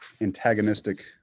antagonistic